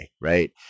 right